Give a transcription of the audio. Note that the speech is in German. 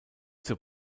zur